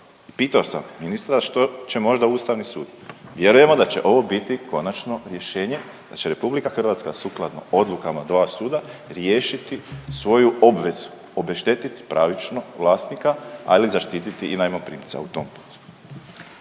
Pitao sam ministra što će možda Ustavni sud, vjerujemo da će ovo biti konačno rješenje, da će RH sukladno odlukama 2 suda riješiti svoju obvezu, obeštetiti pravično vlasnika, a i zaštiti najmoprimca u tom.